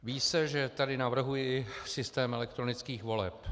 Ví se, že tady navrhuji systém elektronických voleb.